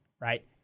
right